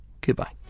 goodbye